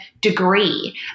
degree